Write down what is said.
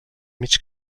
mig